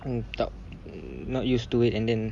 tak not used to it and then